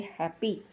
happy